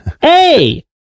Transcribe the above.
Hey